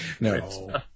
no